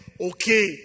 Okay